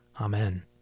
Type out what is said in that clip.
Amen